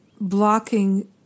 blocking